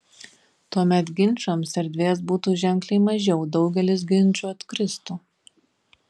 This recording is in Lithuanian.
tuomet ginčams erdvės būtų ženkliai mažiau daugelis ginčų atkristų